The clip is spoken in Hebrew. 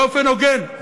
באופן הוגן,